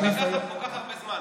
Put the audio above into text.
כך הרבה זמן,